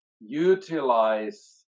utilize